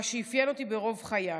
מה שאפיין אותי ברוב חיי.